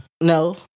No